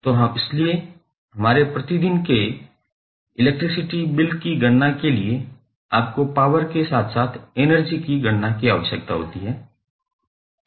तो इसीलिए हमारे प्रतिदिन के लिए इलेक्ट्रिसिटी बिल की गणना के लिए आपको पॉवर के साथ साथ एनर्जी की गणना की आवश्यकता होती है